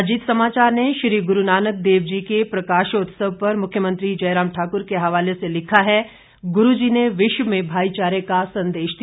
अजीत समाचार ने गुरू नानक देव जी के प्रकाशोत्सव पर मुख्यमंत्री जयराम ठाकुर के हवाले लिखा है गुरू जी ने विश्व में भाईचारे का संदेश दिया